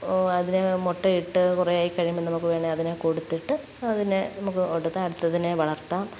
ഓഹ് അതിനെ മുട്ടയിട്ട് കുറേ ആയി കഴിയുമ്പോൾ നമുക്ക് വേണമെങ്കിൽ അതിനെ കൊടുത്തിട്ട് അതിനെ നമുക്ക് കൊടുത്ത് അടുത്തതിനെ വളർത്താം